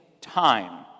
time